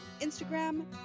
instagram